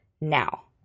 now